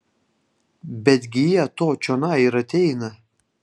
betgi jie to čionai ir ateina